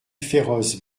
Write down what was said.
féroces